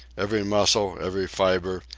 every muscle, every fibre,